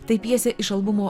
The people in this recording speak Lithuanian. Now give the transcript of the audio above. tai pjesė iš albumo